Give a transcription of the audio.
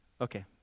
Okay